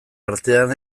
artean